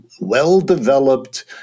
well-developed